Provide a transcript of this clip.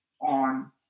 on